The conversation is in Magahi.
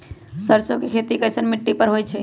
सरसों के खेती कैसन मिट्टी पर होई छाई?